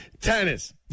tennis